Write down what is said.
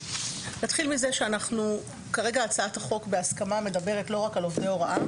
נתחיל מזה שכרגע הצעת החוק בהסכמה מדברת לא רק על עובדי הוראה